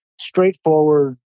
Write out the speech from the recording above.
straightforward